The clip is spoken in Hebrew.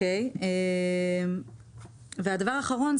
והדבר האחרון,